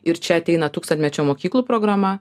ir čia ateina tūkstantmečio mokyklų programa